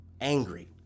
angry